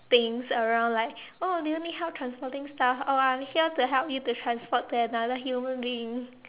things around like oh do you need help transporting stuff oh I'm here to help you to transport to another human being